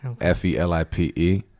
F-E-L-I-P-E